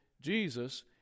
Jesus